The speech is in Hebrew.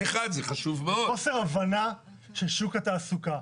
זה חוסר הבנה של שוק התעסוקה.